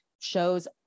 shows